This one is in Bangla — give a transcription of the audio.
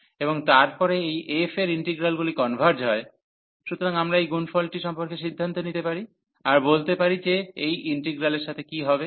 এবং তারপরে এই f এর ইন্টিগ্রালগুলি কনভার্জ হয় সুতরাং আমরা এই গুণফলটি সম্পর্কে সিদ্ধান্ত নিতে পারি আর বলতে পারি যে এই ইন্টিগ্রালের সাথে কী হবে